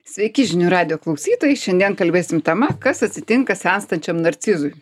sveiki žinių radijo klausytojai šiandien kalbėsim tema kas atsitinka senstančiam narcizui